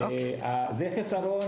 זה חיסרון